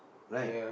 right